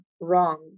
wrong